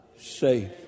safe